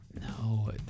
No